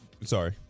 sorry